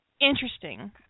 interesting